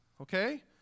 okay